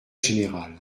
général